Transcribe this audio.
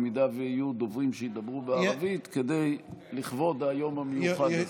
אם יהיו דוברים שידברו בערבית לכבוד היום המיוחד הזה.